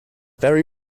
very